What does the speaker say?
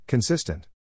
Consistent